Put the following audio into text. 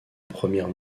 premières